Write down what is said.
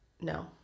No